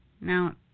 Now